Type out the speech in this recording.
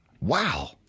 Wow